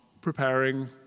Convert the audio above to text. preparing